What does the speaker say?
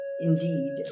indeed